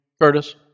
Curtis